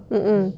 mm mm